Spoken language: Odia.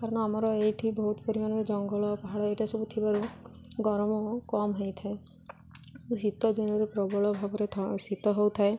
କାରଣ ଆମର ଏଇଠି ବହୁତ ପରିମାଣରେ ଜଙ୍ଗଳ ପାହାଡ଼ ଏଇଟା ସବୁ ଥିବାରୁ ଗରମ କମ୍ ହେଇଥାଏ ଶୀତ ଦିନରେ ପ୍ରବଳ ଭାବରେ ଶୀତ ହେଉଥାଏ